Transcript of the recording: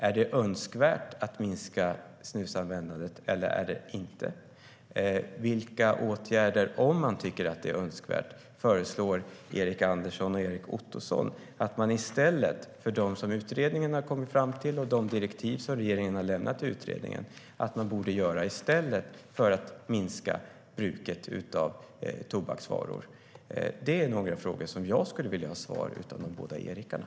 Är det önskvärt att minska snusanvändandet eller inte? Om man tycker att det är önskvärt, vilka åtgärder föreslår Erik Andersson och Erik Ottoson att man borde vidta för att minska bruket av tobaksvaror i stället för det utredningen har kommit fram till och de direktiv regeringen har lämnat till utredningen? Det är några frågor jag skulle vilja ha svar på från de båda Erikarna.